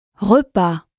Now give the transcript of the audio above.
Repas